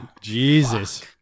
Jesus